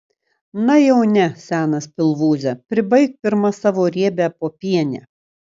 na jau ne senas pilvūze pribaik pirma savo riebią popienę